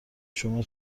شما